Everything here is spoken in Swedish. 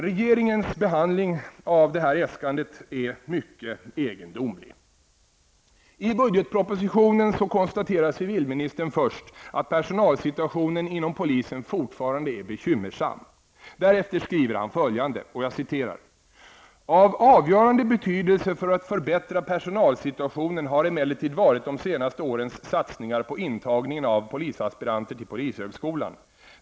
Regeringens behandling av detta äskande är emellertid mycket egendomligt I budgetpropositionen konstaterar civilministern först att personalsituationen inom polisen fortfarande är ''bekymmersam''. Därefter skriver han följande: ''Av avgörande betydelse för att förbättra personalsituationen har emellertid varit de senaste årens satsningar på intagningen av polisaspiranter till polishögskolan.